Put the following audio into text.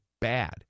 bad